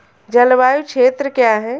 जलवायु क्षेत्र क्या है?